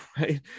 right